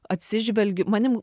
atsižvelgiu manim